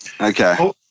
Okay